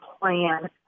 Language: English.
plan